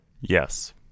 Yes